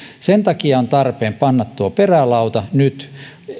sen takia on tarpeen panna tuo perälauta nyt